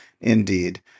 indeed